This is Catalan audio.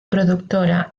productora